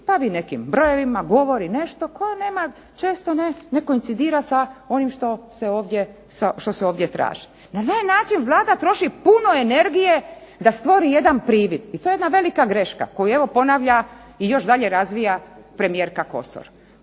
bavi nekim brojevima, govori nešto, ... često ne neikondicira sa onim što se ovdje traži. Na ovaj način Vlada troši puno energije da stvori jedan privid. I to je jedna velika greška koju evo ponavlja i još dalje razvija premijerka Kosor,